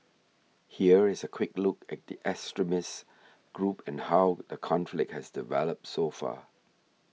here is a quick look at the extremist group and how the conflict has developed so far